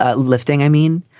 ah lifting. i mean,